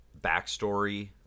backstory